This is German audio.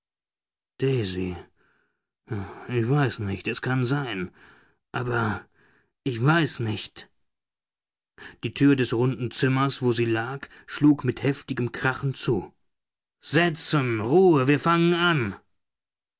daisy ich weiß nicht es kann sein aber ich weiß nicht die tür des runden zimmers wo sie lag schlug mit heftigem krachen zu setzen ruhe wir fangen an